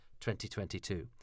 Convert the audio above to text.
2022